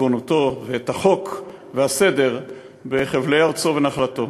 ריבונותו ואת החוק והסדר בחבלי ארצו ונחלתו.